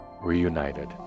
reunited